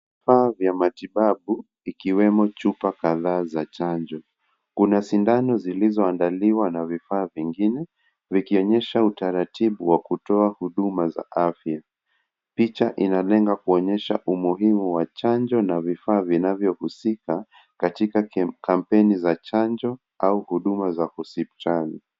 Vifaa vya matibabu ikiwemo chupa kadhaa za chanjo. Kuna sindano zilizoandaliwa vikionyesha utaratibu wa kutoa huduma za afya. Picha inalenga kuonyesha umuhimu wa chanjo na vifaa vinavyohusika katika kampeni za chanjo au huduma za hospitali.